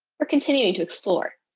we're continuing to explore.